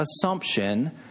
assumption